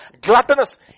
Gluttonous